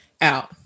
out